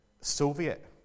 Soviet